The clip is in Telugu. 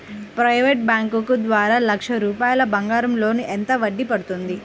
ప్రైవేట్ బ్యాంకు ద్వారా లక్ష రూపాయలు బంగారం లోన్ ఎంత వడ్డీ పడుతుంది?